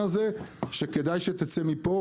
שכדאי שתצא מפה,